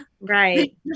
Right